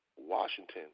Washington